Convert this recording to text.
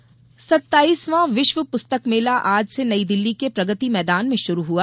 पुस्तक मेला सत्ताइसवां विश्व पुस्तक मेला आज से नईदिल्ली के प्रगति मैदान में शुरू हुआ